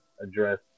address